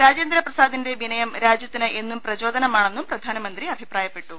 രാജേന്ദ്ര പ്രസാദിന്റെ വിനയം രാജ്യ ത്തിന് എന്നും പ്രചോദനമാണെന്നും പ്രധാനമന്ത്രി അഭിപ്രായപ്പെ ട്ടു